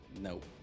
Nope